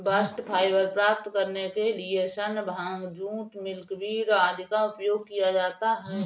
bast fibre प्राप्त करने के लिए सन, भांग, जूट, मिल्कवीड आदि का उपयोग किया जाता है